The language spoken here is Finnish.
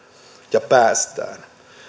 ja päästään